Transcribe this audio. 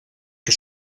què